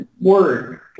word